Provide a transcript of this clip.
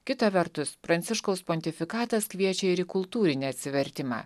kita vertus pranciškaus pontifikatas kviečia ir į kultūrinį atsivertimą